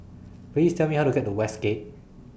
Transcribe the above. Please Tell Me How to get to Westgate